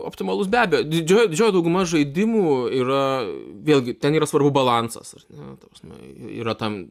optimalus be abejo didžioji didžioji dauguma žaidimų yra vėlgi ten yra svarbu balansas ar ne ta prasme yra tam